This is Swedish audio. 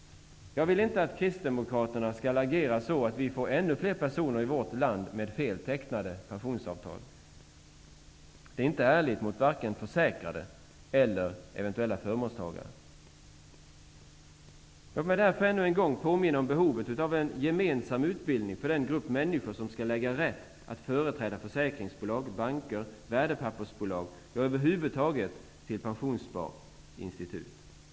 Jag vill inte att kristdemokraterna skall agera så att vi får ännu fler personer i vårt land med feltecknade pensionsavtal. Det är inte ärligt mot vare sig försäkrade eller eventuella förmånstagare. Låt mig därför ännu en gång påminna om behovet av en gemensam utbildning för den grupp människor som skall äga rätt att företräda försäkringsbolag, banker, värdepappersbolag, ja, över huvud taget pensionssparinstitut.